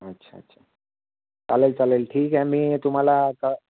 अच्छा अच्छा चालेल चालेल ठीक आहे मी तुम्हाला आता